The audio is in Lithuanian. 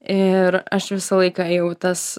ir aš visą laiką ėjau į tas